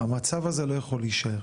המצב הזה, לא יכול להישאר,